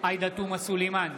עאידה תומא סלימאן,